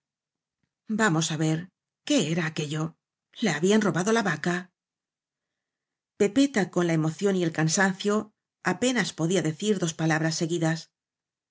vamos á ver qué era aquello la habían robado la vaca pepeta con la emoción y el cansancio ape nas podía decir dos palabras seguidas